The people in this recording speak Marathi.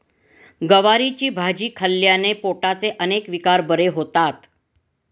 गवारीची भाजी खाल्ल्याने पोटाचे अनेक विकार बरे होतात